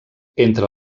entre